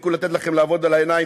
תפסיקו לתת לו לעבוד עליכם בעיניים,